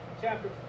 chapter